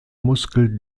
muskel